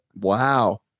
Wow